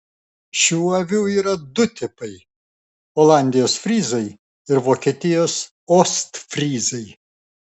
šių avių yra du tipai olandijos fryzai ir vokietijos ostfryzai